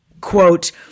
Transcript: quote